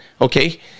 Okay